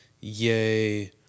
Yay